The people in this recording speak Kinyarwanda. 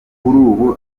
ubu